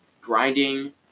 grinding